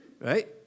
Right